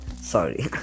sorry